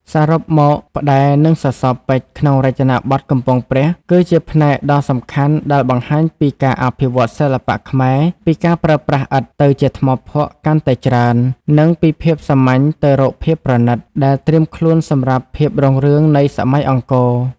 សរុបមក ផ្តែរ និងសសរពេជ្រ ក្នុងរចនាបថកំពង់ព្រះ គឺជាផ្នែកដ៏សំខាន់ដែលបង្ហាញពីការអភិវឌ្ឍន៍សិល្បៈខ្មែរ ពីការប្រើប្រាស់ឥដ្ឋទៅជាថ្មភក់កាន់តែច្រើន និងពីភាពសាមញ្ញទៅរកភាពប្រណិត ដែលត្រៀមខ្លួនសម្រាប់ភាពរុងរឿងនៃសម័យអង្គរ។